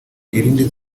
irindi